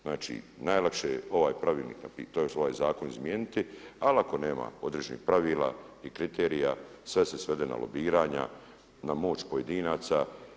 Znači najlakše je ovaj pravilnik, tj. ovaj zakon izmijeniti ali ako nema određenih pravila i kriterija sve se svede na lobiranja, na moć pojedinaca.